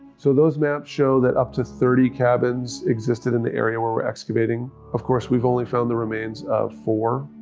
so those maps show that up to thirty cabins existed in the area where we're excavating. of course we've only found the remains of four.